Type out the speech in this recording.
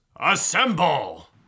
assemble